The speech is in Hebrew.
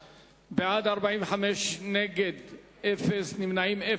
בעד, 45, אין מתנגדים, אין נמנעים.